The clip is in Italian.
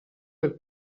del